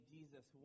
Jesus